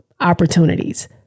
opportunities